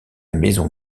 maison